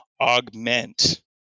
augment